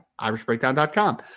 IrishBreakdown.com